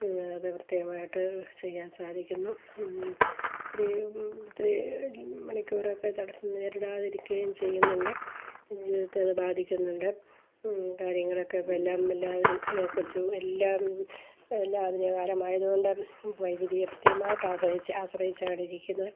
അതു വൃത്തിയായിട്ടു ചെയ്യാൻ സാധിക്കുന്നു ഇത്രയും ഇത്രയും മണിക്കൂറൊക്കെ തടസ്സം നേരിടാതിരിക്കുകയും ചെയ്യുന്നുണ്ട് ജീവിതത്തെ അതു ബാധിക്കുന്നുണ്ട് കാര്യങ്ങളൊക്കെ ഇപ്പോഴെല്ലാം എല്ലാവരും കൊച്ചു എല്ലാം എല്ലാ അതിനെകാരമായതുകൊണ്ട് വൈദ്യുതിയെ പ്രത്യേകമാട്ടാസ്രയിച്ച് ആശ്രയിച്ചാണിരിക്കുന്നത്